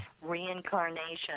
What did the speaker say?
reincarnation